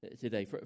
today